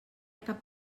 cap